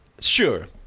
sure